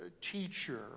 teacher